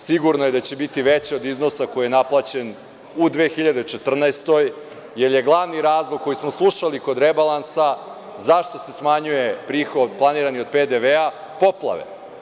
Sigurno je da će biti veća od iznosa koji je naplaćen u 2014. godini jer je glavni razlog koji smo slušali kod rebalansa zašto se smanjuje prihod planirani od PDV – poplave.